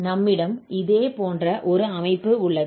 நம்மிடம் இதே போன்ற ஒரு அமைப்பு உள்ளது